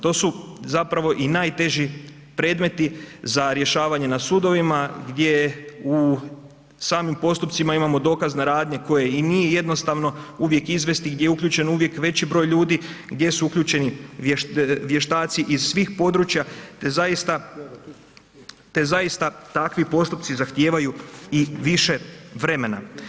To su zapravo i najteži predmeti za rješavanje na sudovima gdje u samim postupcima imamo dokazne radnje koje i nije i jednostavno uvijek izvesti i gdje je uključen uvijek veći broj ljudi, gdje su uključeni vještaci iz svih područja te zaista, te zaista takvi postupci zahtijevaju i više vremena.